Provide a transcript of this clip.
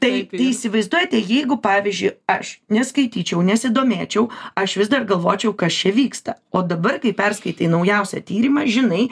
taip tai įsivaizduojate jeigu pavyzdžiui aš neskaityčiau nesidomėčiau aš vis dar galvočiau kas čia vyksta o dabar kai perskaitei naujausią tyrimą žinai